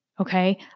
okay